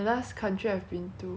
oh ya manilla